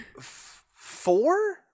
Four